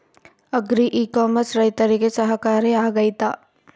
Agri e commerce ರೈತರಿಗೆ ಸಹಕಾರಿ ಆಗ್ತೈತಾ?